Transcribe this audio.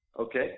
okay